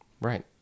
Right